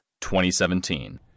2017